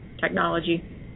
technology